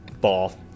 ball